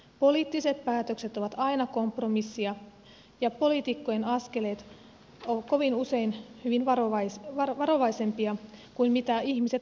poliittiset päätökset ovat aina kompromisseja ja poliitikkojen askeleet kovin usein varovaisempia kuin ihmiset toivoisivat